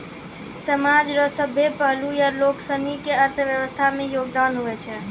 समाज रो सभ्भे पहलू या लोगसनी के अर्थव्यवस्था मे योगदान हुवै छै